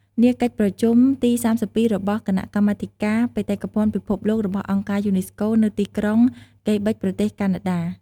នាកិច្ចប្រជុំទី ៣២ របស់ គណៈកម្មាធិការ បេតិកភណ្ឌពិភពលោករបស់អង្គការ យូណេស្កូ នៅទីក្រុង កេបិចប្រទេសកាណាដា ។